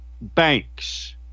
banks